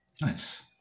Nice